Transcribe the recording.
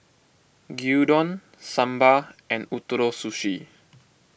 Gyudon Sambar and Ootoro Sushi